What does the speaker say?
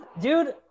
Dude